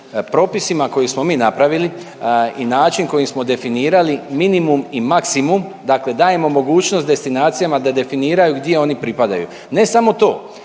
propisima koje smo mi napravili i način kojim smo definirali minimum i maksimum, dakle dajemo mogućnost destinacijama da definiraju gdje oni pripadaju. Ne samo to,